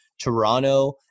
Toronto